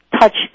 touch